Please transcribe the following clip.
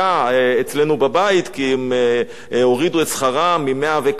כי הם הורידו את שכרם מ-100 וכמה ל-100,000 שקל בחודש.